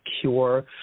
cure